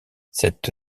cette